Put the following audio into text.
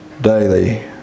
daily